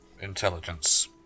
intelligence